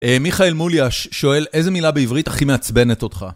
מיכאל מוליאש שואל: איזה מילה בעברית הכי מעצבנת אותך?